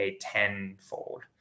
tenfold